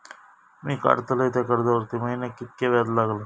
मी काडलय त्या कर्जावरती महिन्याक कीतक्या व्याज लागला?